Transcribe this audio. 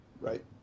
Right